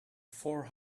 four